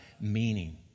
meaning